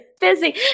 Busy